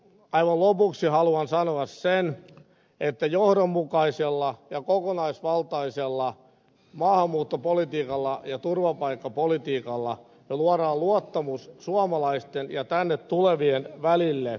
aivan lopuksi haluan sanoa sen että johdonmukaisella ja kokonaisvaltaisella maahanmuuttopolitiikalla ja turvapaikkapolitiikalla luodaan luottamus suomalaisten ja tänne tulevien välille